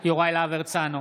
יוראי להב הרצנו,